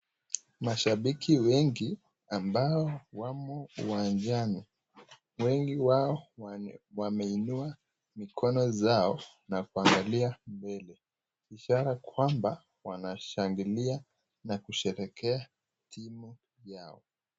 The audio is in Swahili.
Mashabiki wengi ambao wamo uwanjani, wengi wao wameinua mikono zao, na kuangalia mbele ishara kwamba wanashereheka na kushangilia timu yao.